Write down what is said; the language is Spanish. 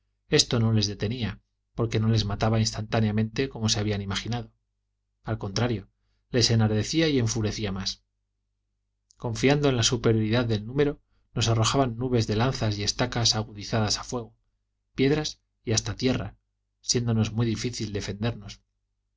esto no les detenía porque no les mataba instantáneamente como se habían imaginado al contrario les enardecía y enfurecía más confiando en la superioridad del número nos arrojaban nubes de lanzas y estacas agudizadas a fuego piedras y hasta tierra siéndonos muy difícil defendernos